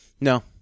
No